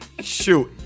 Shoot